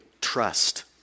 trust